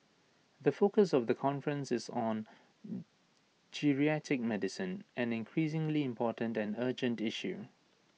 the focus of the conference is on geriatric medicine an increasingly important and urgent issue